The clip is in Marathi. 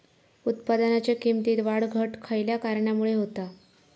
उत्पादनाच्या किमतीत वाढ घट खयल्या कारणामुळे होता?